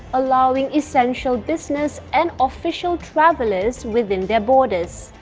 allowing essential business and official travelers within their borders.